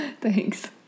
thanks